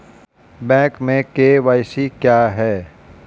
Bank में KYC क्या है?